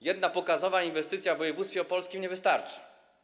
Jedna pokazowa inwestycja w województwie opolskim nie wystarczy.